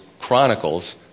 chronicles